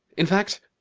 in fact,